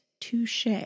Touche